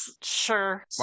sure